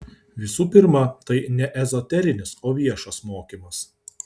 visų pirma tai ne ezoterinis o viešas mokymas